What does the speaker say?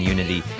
Unity